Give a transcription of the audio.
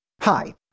Hi